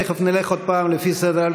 תכף נלך שוב לפי סדר.